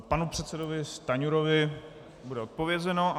Panu předsedovi Stanjurovi bude odpovězeno.